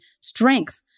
strength